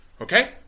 Okay